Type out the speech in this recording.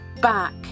back